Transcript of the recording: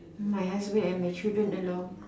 my husband and my children along